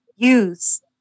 Use